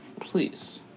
Please